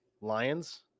Lions